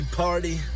party